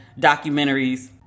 documentaries